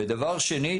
דבר שני,